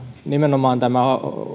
nimenomaan tämä